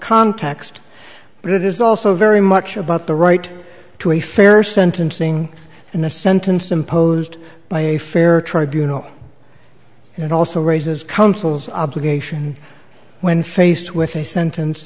context but it is also very much about the right to a fair sentencing and the sentence imposed by a fair tribunals and also raises counsels obligation when faced with a sentence